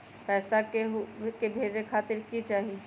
पैसा के हु के भेजे खातीर की की चाहत?